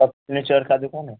سب furniture کا دکان ہے